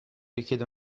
richiede